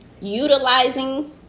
utilizing